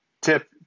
tip